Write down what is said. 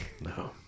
No